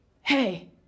hey